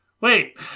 wait